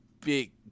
big